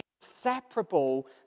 inseparable